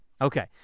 Okay